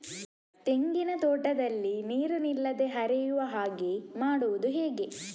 ತೆಂಗಿನ ತೋಟದಲ್ಲಿ ನೀರು ನಿಲ್ಲದೆ ಹರಿಯುವ ಹಾಗೆ ಮಾಡುವುದು ಹೇಗೆ?